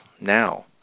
now